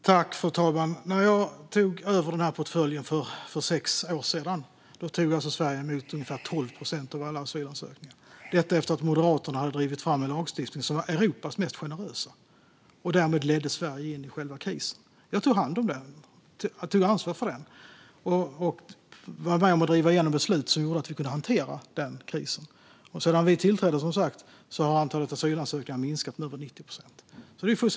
Fru talman! När jag tog över denna portfölj för sex år sedan tog Sverige emot ungefär 12 procent av alla asylansökningar, efter att Moderaterna drivit fram en lagstiftning som var Europas mest generösa och därmed ledde Sverige in i krisen. Jag tog ansvar för krisen och var med om att driva igenom beslut som gjorde att vi kunde hantera den. Sedan vi tillträdde har antalet asylansökningar som sagt minskat med över 90 procent.